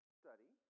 study